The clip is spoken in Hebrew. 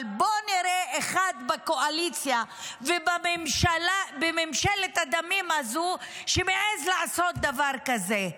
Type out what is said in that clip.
אבל בואו נראה אחד בקואליציה ובממשלת הדמים הזו שמעז לעשות דבר כזה.